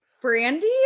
brandy